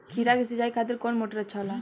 खीरा के सिचाई खातिर कौन मोटर अच्छा होला?